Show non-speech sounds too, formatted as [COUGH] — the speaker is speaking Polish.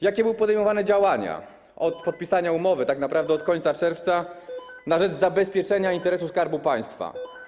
Jakie były podejmowane działania od czasu podpisania umowy, [NOISE] tak naprawdę od końca czerwca, na rzecz zabezpieczenia interesu Skarbu Państwa?